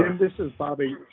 this bobby,